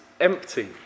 empty